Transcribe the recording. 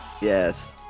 Yes